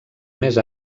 més